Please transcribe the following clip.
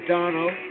Donald